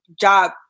job